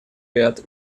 ряд